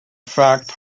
fact